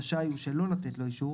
רשאי הוא שלא לתת לו אישור,